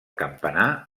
campanar